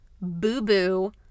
boo-boo